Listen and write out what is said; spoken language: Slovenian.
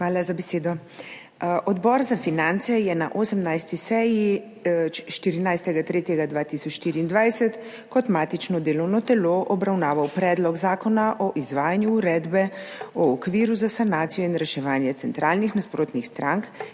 Hvala za besedo. Odbor za finance je na 18. seji, 14. 3. 2024, kot matično delovno telo obravnaval Predlog zakona o izvajanju Uredbe o okviru za sanacijo in reševanje centralnih nasprotnih strank,